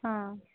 ହଁ